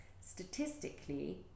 statistically